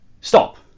stop